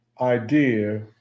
idea